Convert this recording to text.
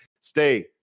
stay